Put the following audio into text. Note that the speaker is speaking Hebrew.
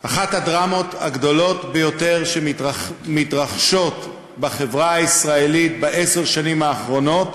אחת הדרמות הגדולות ביותר שמתרחשות בחברה הישראלית בעשר השנים האחרונות